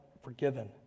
forgiven